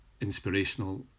inspirational